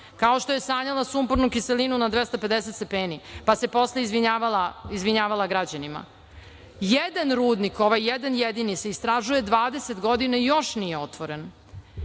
kao što je sanjala sumpornu kiselinu na 250 stepeni, pa se posle izvinjavala građanima. Jedan rudnik, ovaj jedan jedini, se istražuje 20 godina i još nije otvoren.